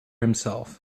himself